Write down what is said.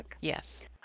Yes